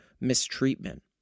mistreatment